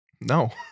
No